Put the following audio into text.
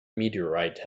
meteorite